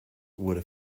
would